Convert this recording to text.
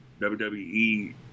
WWE